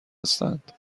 هستند